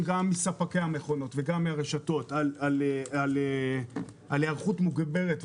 מספקי המכונות וגם מהרשתות על היערכות מוגברת,